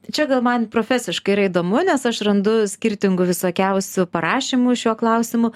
čia gal man profesiškai yra įdomu nes aš randu skirtingų visokiausių parašymų šiuo klausimu